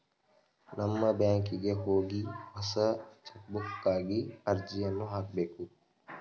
ನಮ್ಮ ಬ್ಯಾಂಕಿಗೆ ಹೋಗಿ ಹೊಸ ಚೆಕ್ಬುಕ್ಗಾಗಿ ಅರ್ಜಿಯನ್ನು ಹಾಕಬೇಕು